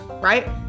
Right